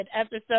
episode